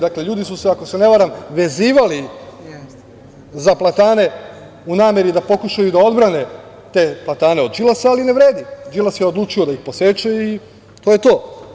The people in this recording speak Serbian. Dakle, ljudi su se, ako se ne varam, vezivali za platane u nameri da pokušaju da odbrane te platane od Đilasa, ali ne vredi, Đilas je odlučio da ih poseče i to je to.